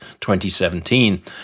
2017